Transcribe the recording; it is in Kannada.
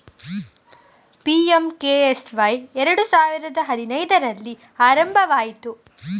ಪಿ.ಎಂ.ಕೆ.ಎಸ್.ವೈ ಎರಡು ಸಾವಿರದ ಹದಿನೈದರಲ್ಲಿ ಆರಂಭವಾಯಿತು